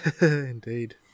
Indeed